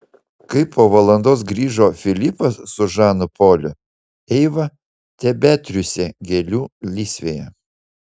kai po valandos grįžo filipas su žanu poliu eiva tebetriūsė gėlių lysvėje